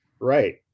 Right